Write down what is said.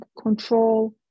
control